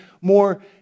more